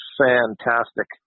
fantastic